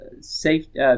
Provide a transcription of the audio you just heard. safety